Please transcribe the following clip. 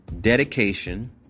dedication